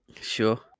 sure